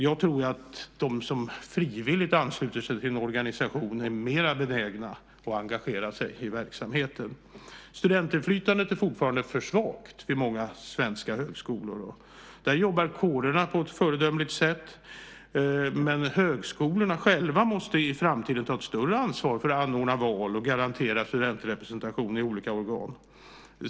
Jag tror att de som frivilligt ansluter sig till en organisation är mera benägna att engagera sig i verksamheten. Studentinflytandet är fortfarande för svagt vid många svenska högskolor. Där jobbar kårerna på ett föredömligt sätt. Men högskolorna själva måste i framtiden ta ett större ansvar för att anordna val och garantera studentrepresentation i olika organ.